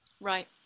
Right